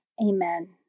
Amen